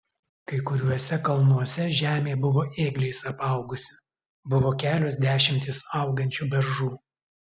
kai kuriuose kalnuose žemė buvo ėgliais apaugusi buvo kelios dešimtys augančių beržų